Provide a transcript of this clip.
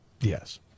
Yes